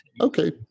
Okay